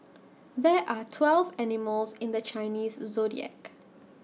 there are twelve animals in the Chinese Zodiac